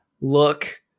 look